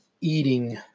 eating